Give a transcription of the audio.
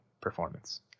performance